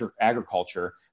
agriculture